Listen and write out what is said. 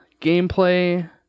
gameplay